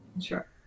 sure